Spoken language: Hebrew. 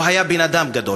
הוא היה בן-אדם גדול,